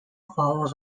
follows